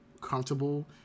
comfortable